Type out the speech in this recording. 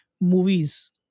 movies